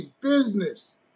business